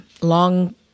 Long